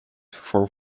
for